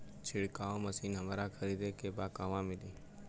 छिरकाव मशिन हमरा खरीदे के बा कहवा मिली?